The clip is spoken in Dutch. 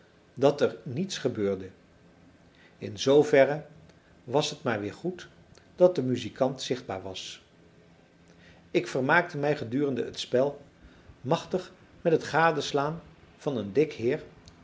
dat er niets gebeurde in zoo verre was het maar weer goed dat de muzikant zichtbaar was ik vermaakte mij gedurende het spel machtig met het gadeslaan van een dik heer